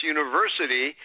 University